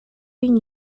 been